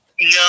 no